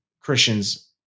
Christian's